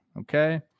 okay